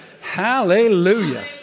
Hallelujah